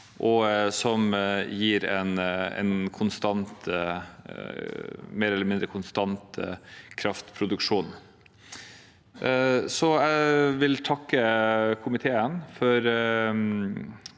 og som gir en mer eller mindre konstant kraftproduksjon. Jeg vil takke komiteen for godt